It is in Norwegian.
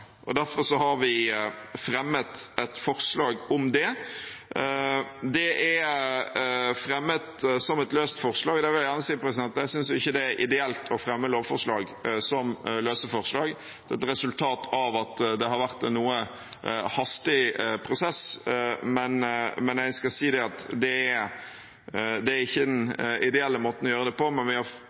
Derfor har vi fremmet et forslag om det. Det er fremmet som et løst forslag. Der vil jeg gjerne si at jeg ikke synes det er ideelt å fremme lovforslag som løse forslag, det er et resultat av at det har vært en noe hastig prosess. Jeg vil si at det ikke er den ideelle måten å gjøre det på, men vi har